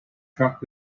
truck